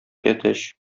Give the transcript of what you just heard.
әтәч